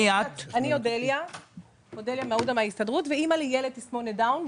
אני מההסתדרות ואימא לילד עם תסמונת דאון.